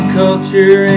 culture